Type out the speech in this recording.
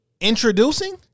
introducing